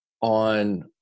on